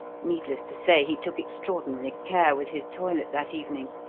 needless to say, he took extraordinary care with his toilet that evening,